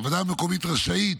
הוועדה המקומית רשאית